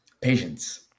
Patience